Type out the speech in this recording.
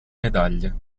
medaglie